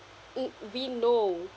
mm we know